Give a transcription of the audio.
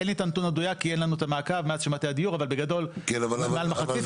אין לי את הנתון המדויק כי אין לנו את המעקב אבל בגדול מעל מחצית.